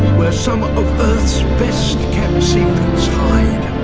where some of earth's best kept secrets hide,